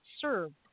served